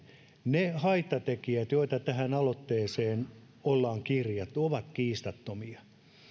ne haittatekijät joita tähän aloitteeseen ollaan kirjattu ovat kiistattomia